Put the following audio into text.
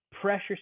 pressure